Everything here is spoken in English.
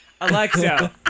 Alexa